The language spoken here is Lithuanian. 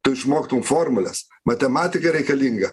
tu išmoktum formules matematika reikalinga